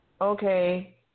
okay